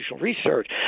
research